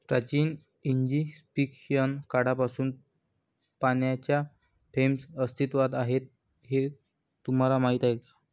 प्राचीन इजिप्शियन काळापासून पाण्याच्या फ्रेम्स अस्तित्वात आहेत हे तुम्हाला माहीत आहे का?